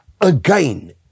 again